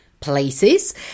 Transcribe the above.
Places